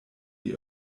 die